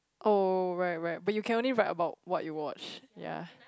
oh right right but you can only write about what you watch ya